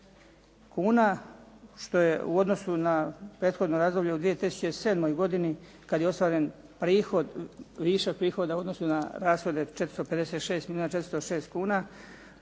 kuna što je u odnosu na prethodno razdoblje u 2007. godini kad je ostvaren prihod, višak prihoda u odnosu na rashode 456 milijuna 406 tisuća